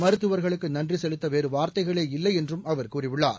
மருத்துவர்களுக்கு நன்றி செலுத்த வேறு வார்த்தைகளே இல்லை என்றும் அவர் கூழியுள்ளார்